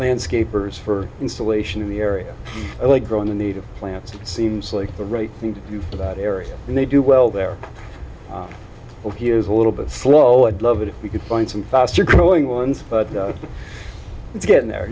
landscapers for insulation in the area like growing the native plants just seems like the right thing to do for that area and they do well there he is a little bit slow i'd love it if we could find some faster growing ones but it's getting there